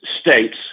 states